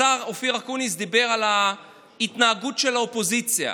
השר אופיר אקוניס דיבר על ההתנהגות של האופוזיציה.